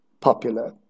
popular